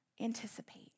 anticipate